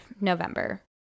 november